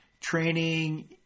training